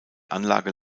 anlage